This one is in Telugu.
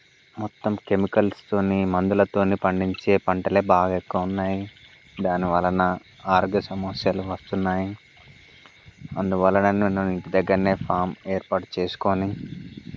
మొత్తం కెమికల్స్తో మందులతో పండించే పంటలు బాగా ఎక్కువ ఉన్నాయి దాని వలన ఆరోగ్య సమస్యలు వస్తున్నాయి అందువలన నేను ఇంటి దగ్గర ఫామ్ ఏర్పాటు చేసుకొని